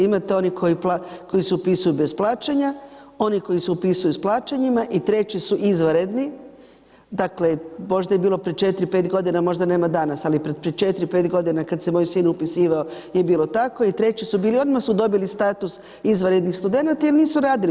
Imate one koji se upisuju bez plaćanja, one koji se upisuju s plaćanjima i treći su izvanredni, dakle možda je bilo prije 4-5 godina, možda nema danas, ali prije 4-5 godina kad se moj sin upisivao je bilo tako i treći su bili odmah su dobili status izvanrednih studenata jer nisu radili.